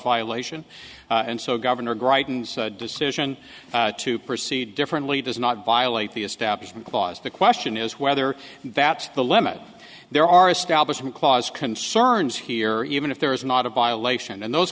violation and so governor greitens decision to proceed differently does not violate the establishment clause the question is whether that's the limit there are establishment clause concerns here even if there is not a violation and those